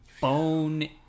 bone